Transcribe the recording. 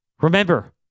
Remember